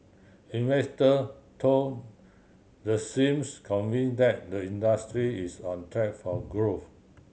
investor though the seems convinced that the industry is on track for growth